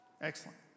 Excellent